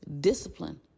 Discipline